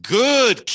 good